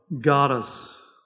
goddess